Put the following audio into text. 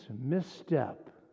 misstep